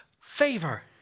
favor